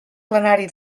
plenari